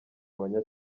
abanya